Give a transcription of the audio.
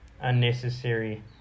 unnecessary